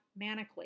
manically